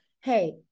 hey